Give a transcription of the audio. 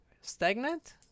stagnant